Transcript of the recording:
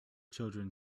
children